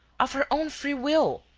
of her own free will!